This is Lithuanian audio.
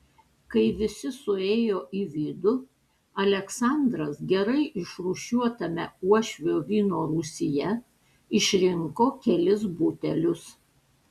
kai visi suėjo į vidų aleksandras gerai išrūšiuotame uošvio vyno rūsyje išrinko kelis butelius